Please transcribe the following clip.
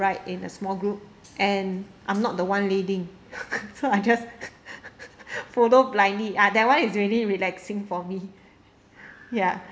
ride in a small group and I'm not the one leading so I just follow blindly ah that one is really relaxing for me ya